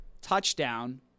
touchdown